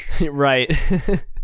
right